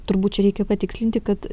turbūt čia reikia patikslinti kad